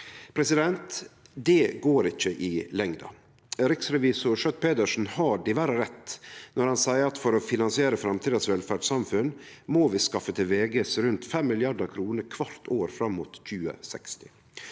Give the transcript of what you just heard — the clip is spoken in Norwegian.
framtida. Dette går ikkje i lengda. Riksrevisor Schjøtt-Pedersen har diverre rett når han seier at for å finansiere framtidas velferdssamfunn må vi skaffe til vegar rundt 5 mrd. kr kvart år fram mot 2060.